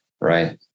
right